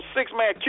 Six-man